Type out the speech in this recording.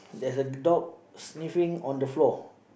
there's a dog sniffing on the floor